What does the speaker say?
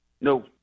No